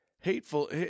hateful